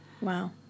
Wow